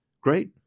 Great